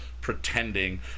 pretending